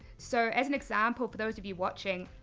so as an example, for those of you watching,